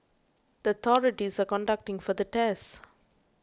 the authorities are conducting further tests